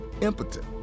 impotent